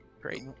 Great